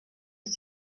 els